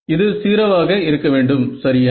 இது 0 ஆக இருக்க வேண்டும் சரியா